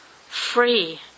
free